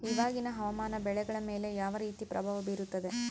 ಇವಾಗಿನ ಹವಾಮಾನ ಬೆಳೆಗಳ ಮೇಲೆ ಯಾವ ರೇತಿ ಪ್ರಭಾವ ಬೇರುತ್ತದೆ?